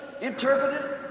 interpreted